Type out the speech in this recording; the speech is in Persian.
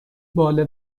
باله